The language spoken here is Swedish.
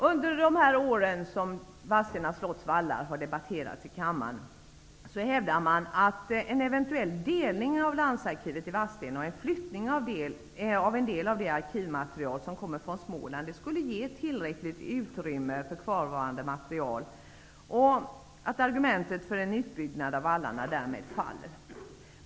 Under de år som Vadstena slotts vallar har debatterats i kammaren har man hävdat att en eventuell delning av Landsarkivet i Vadstena och en flyttning av en del av det arkivmaterial som kommer från Småland skulle ge tillräckligt utrymme för kvarvarande material. Argumentet för en utbyggnad av vallarna faller därmed.